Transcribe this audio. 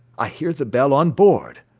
i hear the bell on board.